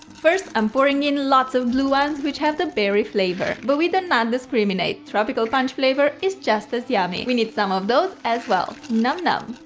first i'm pouring in lot's of blue ones, which have the berry flavor. but we do not discriminate tropical punch flavor is just as yummy. we need some of those as well, nom-nom.